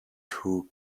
too